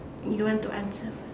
you want to answer first